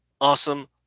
Awesome